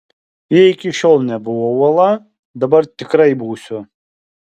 jei iki šiol nebuvau uola dabar tikrai būsiu